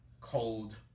cold